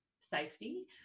safety